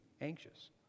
anxious